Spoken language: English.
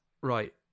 Right